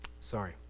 Sorry